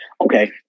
okay